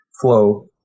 flow